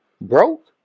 broke